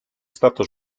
stato